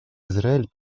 израиль